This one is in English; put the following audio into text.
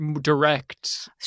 direct